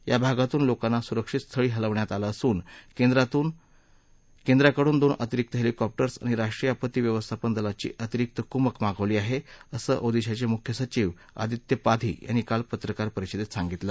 या भागतून लोकांना सुरक्षित स्थळी हलवण्यात आलं असून केंद्रातून दोन अतिरिक्त हेलिकॉप्टर आणि राष्ट्रीय आपत्ती व्यवस्थापन दलाची अतिरिक्त कुमक मागवली आहे असं ओदिशाचे मुख्य सचीव आदित्य पाधी यांनी काल पत्रकार परिषदेत सांगितलं